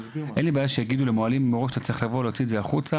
אין לי בעיה שיבואו ויגידו למוהלים מראש אתה צריך להוציא את זה החוצה,